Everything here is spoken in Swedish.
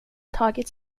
tagit